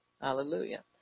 Hallelujah